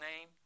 name